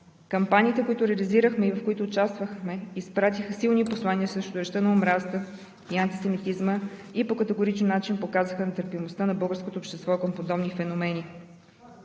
Кампаниите, които реализирахме и в които участвахме, изпратиха силни послания срещу речта на омразата и антисемитизма и по категоричен начин показаха нетърпимостта на българското общество към подобни феномени.